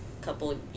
couple